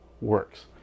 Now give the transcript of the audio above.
works